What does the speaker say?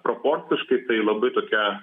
proporciškai tai labai tokia